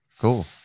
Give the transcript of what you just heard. Cool